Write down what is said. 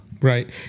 Right